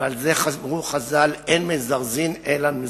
ועל זה אמרו חז"ל "אין מזרזין אלא למזורזין".